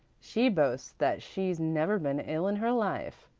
she boasts that she's never been ill in her life,